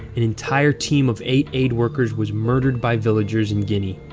an entire team of eight aid workers was murdered by villagers in guinea.